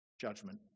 Judgment